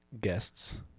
Guests